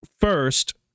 First